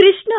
Krishna